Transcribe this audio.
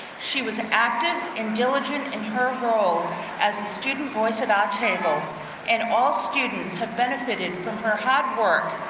she was an active and diligent in her role as a student voice at our table and all students have benefited from her hard work,